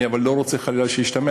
אבל אני לא רוצה חלילה שישתמע,